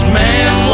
man